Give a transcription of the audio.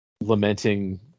lamenting